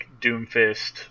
Doomfist